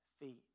feet